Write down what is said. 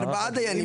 ארבעה דיינים.